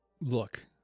look